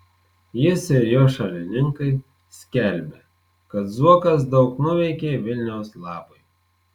jis ir jo šalininkai skelbia kad zuokas daug nuveikė vilniaus labui